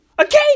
Okay